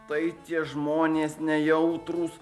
tai tie žmonės nejautrūs